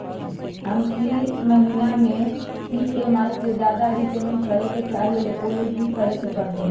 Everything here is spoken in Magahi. हम ई महिना में ई.एम.आई से ज्यादा रीपेमेंट करे के चाहईले ओ लेल की करे के परतई?